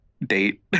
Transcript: date